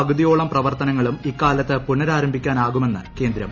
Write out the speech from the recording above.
പകുതിയോളം പ്രവർത്ത്നങ്ങ്ളും ഇക്കാലത്ത് പുനഃരാരംഭിക്കാനാക്ടിട്ട്മെന്ന് കേന്ദ്രം